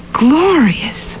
glorious